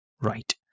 right